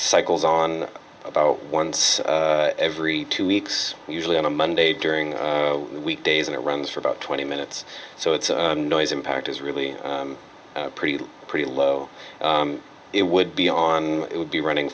cycles on about once every two weeks usually on a monday during weekdays and it runs for about twenty minutes so it's on noise impact is really pretty pretty low it would be on it would be running